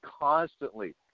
constantly